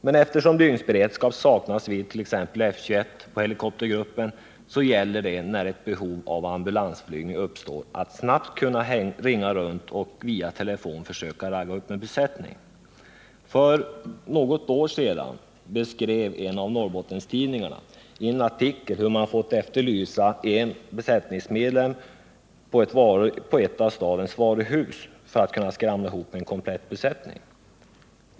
Men eftersom dygnsberedskap saknas vid F 21 på helikoptergruppen gäller det, när ett behov av ambulansflygning uppstår, att snabbt ringa runt och via telefon försöka ragga upp en besättning. För något år sedan beskrev en av Norrbottenstidningarna i en artikel hur man fått efterlysa en besättningsmedlem på ett av stadens varuhus för att kunna skramla ihop en komplett besättning.